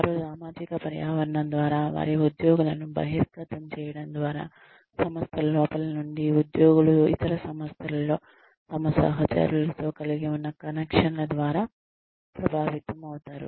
వారు సామాజిక పర్యావరణం ద్వారా వారి ఉద్యోగులను బహిర్గతం చేయడం ద్వారా సంస్థ లోపల నుండి ఉద్యోగులు ఇతర సంస్థలలో తమ సహచరులతో కలిగి ఉన్న కనెక్షన్ల ద్వారా ప్రభావితమవుతారు